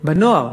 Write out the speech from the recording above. בנוער